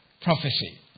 prophecy